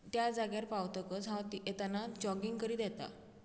त्या जाग्यार पावतकच हांव येतना जॉगींग करीत येता